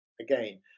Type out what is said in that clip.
again